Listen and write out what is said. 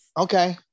Okay